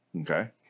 Okay